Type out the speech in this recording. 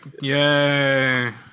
yay